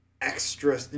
extra